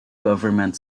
government